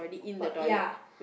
but ya